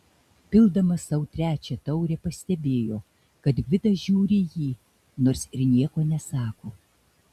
pildamas sau trečią taurę pastebėjo kad gvidas žiūri į jį nors ir nieko nesako